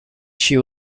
she